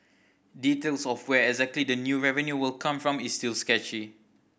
details of where exactly the new revenue will come from is still sketchy